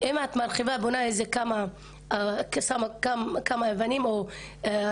כי אם את מרחיבה ושמה כמה אבנים או משהו,